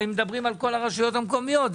הרי מדברים על הרשויות המקומיות,